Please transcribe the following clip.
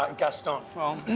um gaston. well,